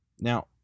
Now